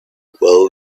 well